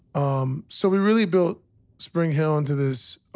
um so we really built springhill into this